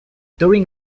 during